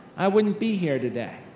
i wouldn't be here today.